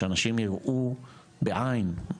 שאנשים יראו בעיין,